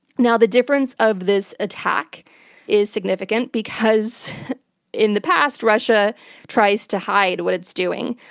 now the difference of this attack is significant, because in the past russia tries to hide what it's doing.